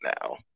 now